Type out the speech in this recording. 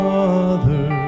Father